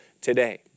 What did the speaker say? today